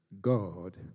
God